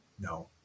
No